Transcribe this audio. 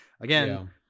again